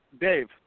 Dave